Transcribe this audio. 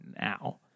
now